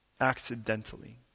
accidentally